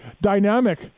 dynamic